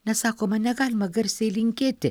nes sakoma negalima garsiai linkėti